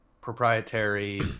proprietary